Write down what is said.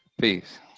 peace